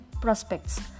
prospects